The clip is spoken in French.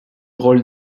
rôle